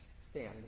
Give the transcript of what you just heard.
stand